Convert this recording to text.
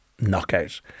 knockout